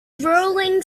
rolling